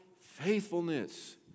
faithfulness